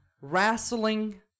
wrestling